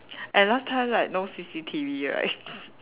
and last time like no C_C_T_V right